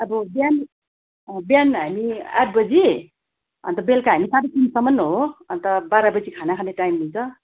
अब बिहान बिहान हामी आठ बजी अन्त बेलुका हामी साढे तिनसम्म हो अन्त बाह्र बजी खाना खाने टाइम हुन्छ